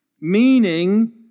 meaning